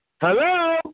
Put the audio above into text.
Hello